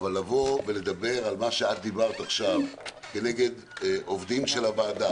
אבל לבוא ולדבר על מה שאת דיברת עכשיו כנגד עובדים של הוועדה,